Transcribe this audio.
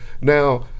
Now